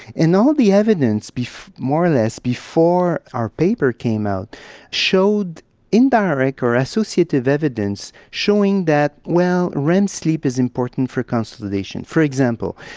and all the evidence more or less before our paper came out showed indirect or associative evidence showing that, well, rem sleep is important for consolidation. for example,